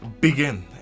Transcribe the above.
Begin